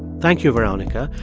thank you, veronica,